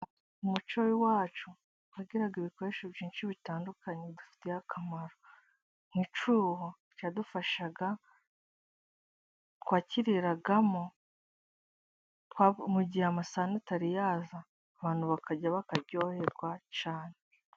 Mu muco w'iwacu twagiraga ibikoresho byinshi bitandukanye bidufitiye akamaro. Nk'uruho rwadufashaga twaruriragamo mu gihe amasahani atari yaza, abantu bakarya bakaryoherwa cyane.